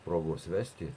progos vesti